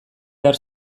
behar